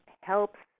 helps